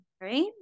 Right